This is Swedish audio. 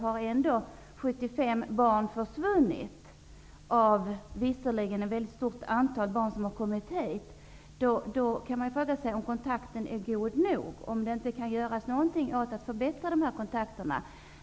Har ändå 75 barn försvunnit av visserligen ett väldigt stort antal barn som har kommit hit, frågar man sig om kontakten är god nog, om det inte kan göras någonting för att förbättra kontakterna.